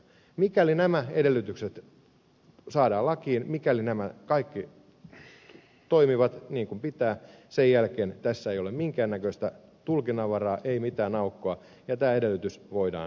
mikäli nämä edellytykset saadaan lakiin mikäli nämä kaikki toimivat niin kuin pitää sen jälkeen tässä ei ole minkäännäköistä tulkinnanvaraa ei mitään aukkoa ja tämä edellytys voidaan saada aikaan